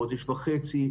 חודש וחצי.